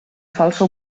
falsa